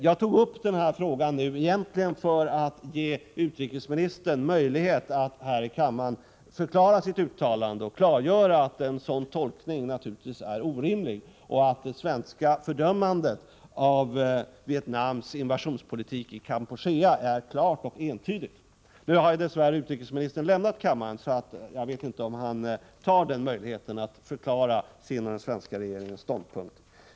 Jag tog upp frågan nu egentligen för att ge utrikesministern möjlighet att förklara sitt uttalande och klargöra att en sådan tolkning naturligtvis är orimlig och att det svenska fördömandet av Vietnams invasionspolitik i Kampuchea är klart och entydigt. Nu har dess värre utrikesministern lämnat kammaren, så jag vet inte om han tar den möjligheten att förklara sin och den svenska regeringens ståndpunkt.